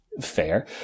fair